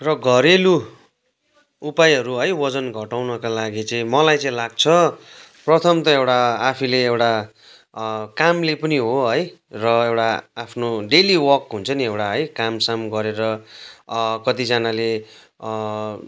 र घरेलु उपायहरू है वजन घटाउनुको लागि मलाई चाहिँ लाग्छ प्रथम त एउटा आफूले एउटा कामले पनि हो है र एउटा आफ्नो डेली वर्क हुन्छ नि एउटा है कामसाम गरेर कतिजनाले